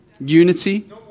Unity